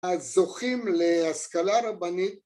‫הזוכים להשכלה רבנית.